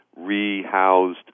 rehoused